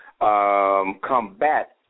combat